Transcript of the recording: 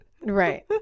Right